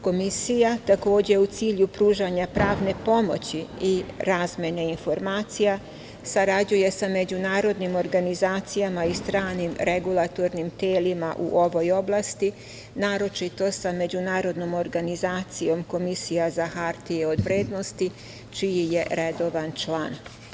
Komisija, takođe u cilju pružanja pravne pomoći i razmene informacija sarađuje sa međunarodnim organizacijama i stranim regulatornim telima u ovoj oblasti, naročito sa Međunarodnom organizacijom komisija za hartije od vrednosti, čiji je redovan član.